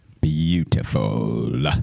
beautiful